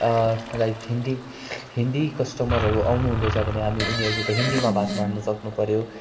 like Hindi Hindi कस्टमरहरू आउँनुहुँदैछ भने हामी उनीहरूसित हिन्दीमा बात मार्नु सक्नु पऱ्यो